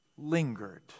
Lingered